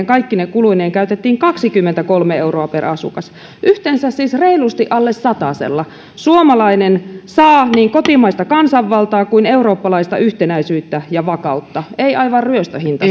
kaikkine kuluineen käytettiin kaksikymmentäkolme euroa per asukas yhteensä siis reilusti alle satasella suomalainen saa niin kotimaista kansanvaltaa kuin eurooppalaista yhtenäisyyttä ja vakautta ei aivan ryöstöhinta